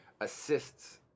assists